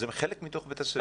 הם חלק מתוך בית הספר.